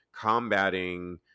combating